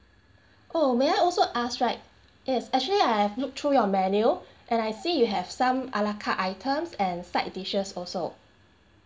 oh may I also ask right yes actually I have looked through your menu and I see you have some a la carte items and side dishes also